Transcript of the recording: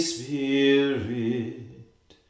Spirit